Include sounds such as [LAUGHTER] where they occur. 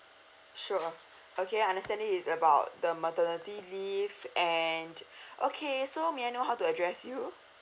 sure [BREATH] okay I understand this is about the maternity leave and [BREATH] okay so may I know how to address you